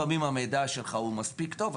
לפעמים המידע שלך הוא מספיק טוב,